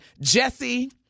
Jesse